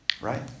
Right